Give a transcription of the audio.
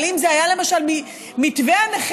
אבל אם זה היה למשל מתווה הנכים,